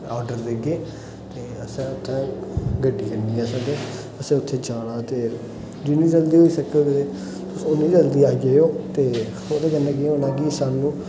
order देगे ते असें उत्थै गड्डी करनी असें ते असें उत्थै जाना ते जिन्नी जल्दी होई सकग तुस उन्नी जल्दी आई जाएयो ते ओह्दे कन्नै केह् होना कि सानू